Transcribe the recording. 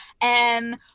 And-